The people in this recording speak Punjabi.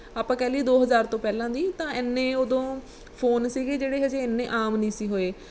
ਆਪਾਂ ਕਹਿ ਲਈਏ ਦੋ ਹਜ਼ਾਰ ਤੋਂ ਪਹਿਲਾਂ ਦੀ ਤਾਂ ਇੰਨੇ ਉਦੋਂ ਫੋਨ ਸੀਗੇ ਜਿਹੜੇ ਹਜੇ ਇੰਨੇ ਆਮ ਨਹੀਂ ਸੀ ਹੋਏ